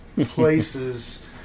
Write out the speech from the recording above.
places